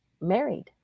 married